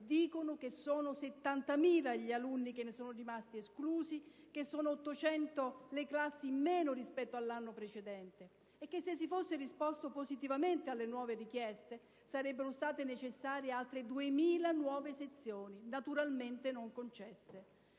dicono che sono 70.000 gli alunni che ne sono rimasti esclusi, che sono 800 le classi in meno rispetto all'anno precedente e che se si fosse risposto positivamente alle nuove richieste, sarebbero state necessarie altre 2.000 nuove sezioni, naturalmente non concesse.